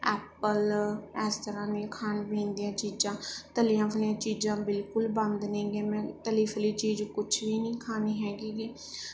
Apple ਇਸ ਤਰ੍ਹਾਂ ਦੀਆਂ ਖਾਣ ਪੀਣ ਦੀਆਂ ਚੀਜ਼ਾਂ ਤਲੀਆਂ ਫਲੀਆਂ ਚੀਜ਼ਾਂ ਬਿਲਕੁਲ ਬੰਦ ਨੇਗੇ ਮੈਂ ਤਲੀ ਫਲੀ ਚੀਜ਼ ਕੁਛ ਵੀ ਨਹੀਂ ਖਾਣੀ ਹੈਗੀ